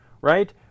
right